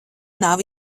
nav